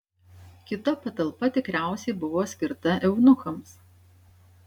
kita patalpa tikriausiai buvo skirta eunuchams